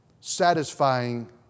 satisfying